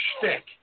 shtick